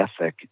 ethic